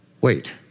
Wait